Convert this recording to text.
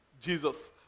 Jesus